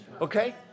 Okay